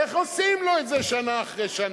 איך עושים לו את זה שנה אחרי שנה?